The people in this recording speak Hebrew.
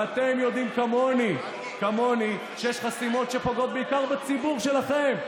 ואתם יודעים כמוני שיש חסימות שפוגעות בעיקר בציבור שלכם,